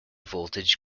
voltage